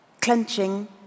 clenching